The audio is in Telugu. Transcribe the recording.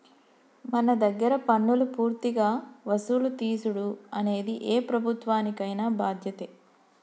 మన దగ్గర పన్నులు పూర్తిగా వసులు తీసుడు అనేది ఏ ప్రభుత్వానికైన బాధ్యతే